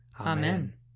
Amen